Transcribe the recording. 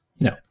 No